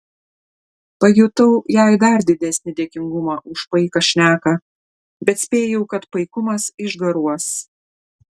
pajutau jai dar didesnį dėkingumą už paiką šneką bet spėjau kad paikumas išgaruos